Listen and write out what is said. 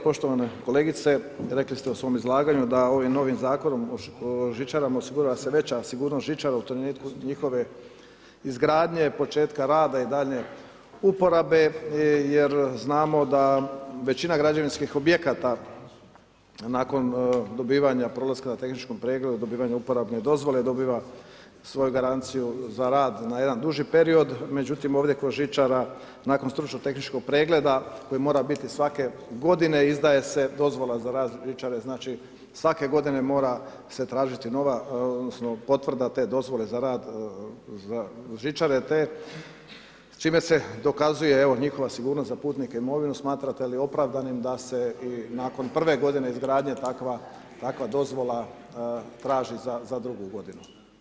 Poštovana kolegice, rekli se u svom izlaganju da ovim novim Zakonom o žičarama osigurava se veća sigurnost žičara u trenutku njihove izgradnje, početka rada i daljnje uporabe jer znamo da većina građevinskih objekata nakon dobivanja prolaska na tehničkom pregledu, dobivanjem uporabne dozvole, dobiva svoju garanciju za rad na jedan duži period međutim ovdje kod žičara nakon stručno-tehničkog pregleda koji mora biti svake godine, izdaje se dozvola za rad žičare, znači svake godine mora se tražiti nova osobno potvrda te dozvole za rad žičare te čime se dokazuje evo njihova sigurnost za putnike i imovinu, smatrate li opravdanim da se i nakon prve godine izgradnje takva dozvola traži za drugu godinu?